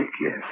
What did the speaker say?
yes